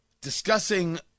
discussing